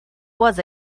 was